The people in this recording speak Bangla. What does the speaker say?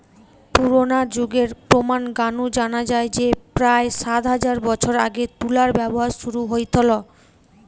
পুরনা যুগের প্রমান গা নু জানা যায় যে প্রায় সাত হাজার বছর আগে তুলার ব্যবহার শুরু হইথল